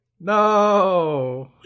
No